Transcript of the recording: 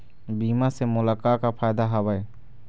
बीमा से मोला का का फायदा हवए?